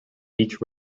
each